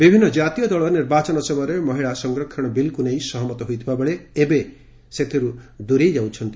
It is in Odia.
ବିଭିନ୍ତ ଜାତୀୟ ଦଳ ନିର୍ବାଚନ ସମୟରେ ମହିଳା ସଫରକ୍ଷଣ ବିଲ୍କୁ ନେଇ ସହମତ ହୋଇଥିବାବେଳେ ଏବେ ସେଥିରୁ ଦୂରେଇ ଯାଉଛନ୍ତି